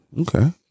okay